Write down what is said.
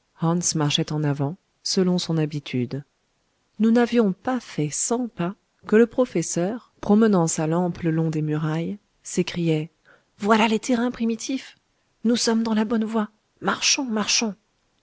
marchait en avant selon son habitude nous n'avions pas fait cent pas que le professeur promenait sa lampe le long des murailles s'écriait voilà les terrains primitifs nous sommes dans la bonne voie marchons marchons